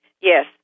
Yes